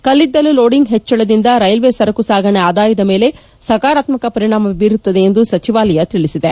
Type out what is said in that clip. ಕಲ್ಲಿದ್ದಲು ಲೋಡಿಂಗ್ ಹೆಚ್ವಳದಿಂದ ರೈಲ್ವೆ ಸರಕು ಸಾಗಣೆ ಆದಾಯದ ಮೇಲೆ ಸಕಾರಾತ್ಮಕ ಪರಿಣಾಮ ಬೀರುತ್ತದೆ ಎಂದು ಸಚಿವಾಲಯ ತಿಳಿಸಿದೆ